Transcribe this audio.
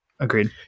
Agreed